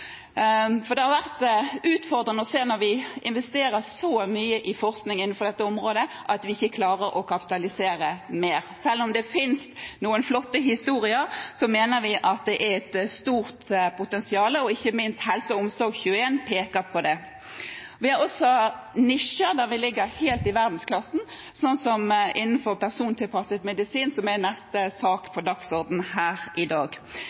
For det har vært utfordrende å se at vi, når vi investerer så mye i forskning innenfor dette området, ikke klarer å kapitalisere mer. Selv om det finnes noen flotte historier, så mener vi at det er et stort potensial, og ikke minst HelseOmsorg21 peker på det. Vi har også nisjer der vi ligger helt i verdensklassen, som innenfor persontilpasset medisin, som er neste sak på dagsordenen her i dag.